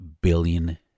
billion